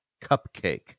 Cupcake